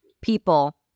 people